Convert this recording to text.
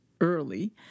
early